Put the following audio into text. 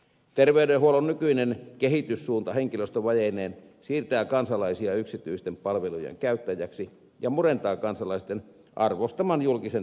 terveydenhuollon nykyinen kehityssuunta henkilöstövajeineen siirtää kansalaisia yksityisten palvelujen käyttäjiksi ja murentaa kansalaisten arvostaman julkisen terveydenhuollon perustaa